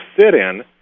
sit-in